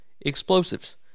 explosives